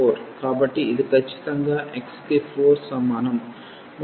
కాబట్టి ఇది ఖచ్చితంగా x కి 4 సమానం మరియు సహజంగా ఈ y కి 4 సమానం